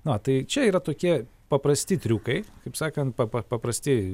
na tai čia yra tokie paprasti triukai kaip sakant pa pa paprasti